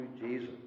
Jesus